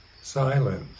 silence